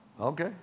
Okay